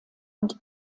und